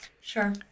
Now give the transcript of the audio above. sure